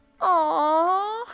Aw